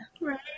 Right